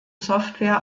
software